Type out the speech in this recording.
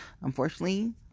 Unfortunately